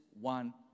one